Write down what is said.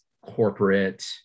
corporate